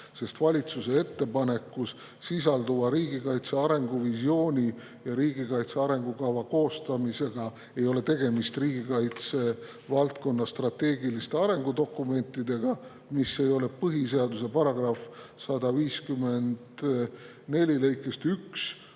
sest valitsuse ettepanekus sisalduva riigikaitse arenguvisiooni ja riigikaitse arengukava koostamisel ei ole tegemist riigikaitse valdkonna strateegilise arengudokumendiga, see ei ole [Riigikogu kodu-